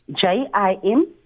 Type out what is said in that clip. J-I-M